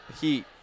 Heat